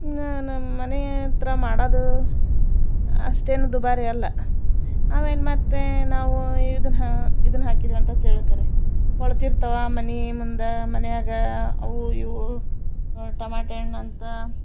ಇನ್ನು ನಮ್ಮ ಮನೆ ಹತ್ರ ಮಾಡೋದು ಅಷ್ಟೇನೂ ದುಬಾರಿ ಅಲ್ಲ ಅವೇನ್ನು ಮತ್ತು ನಾವು ಇದನ್ನು ಹಾ ಇದನ್ನು ಹಾಕಿದ್ವಿ ಅಂತ ತಿಳ್ಕೋರಿ ಕೊಳ್ತಿರ್ತವೆ ಮನೆ ಮುಂದೆ ಮನ್ಯಾಗೇ ಅವು ಇವು ಟಮಾಟೆ ಹಣ್ ಅಂಥ